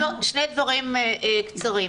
שני דברים קצרים.